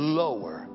lower